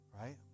Right